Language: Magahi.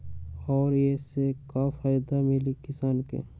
और ये से का फायदा मिली किसान के?